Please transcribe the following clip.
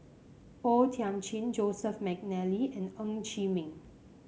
O Thiam Chin Joseph McNally and Ng Chee Meng